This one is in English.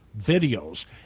videos